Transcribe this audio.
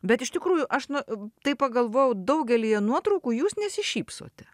bet iš tikrųjų aš na taip pagalvojau daugelyje nuotraukų jūs nesišypsot